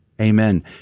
Amen